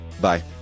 bye